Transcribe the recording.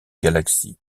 galaxie